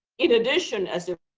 in addition, as if